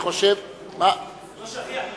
אני, זה לא שכיח במקומותינו.